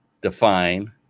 define